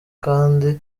kandi